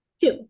Two